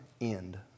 end